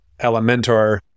elementor